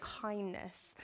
kindness